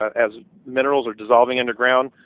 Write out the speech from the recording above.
as minerals are dissolving underground,